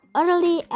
early